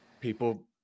people